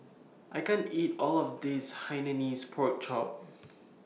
I can't eat All of This Hainanese Pork Chop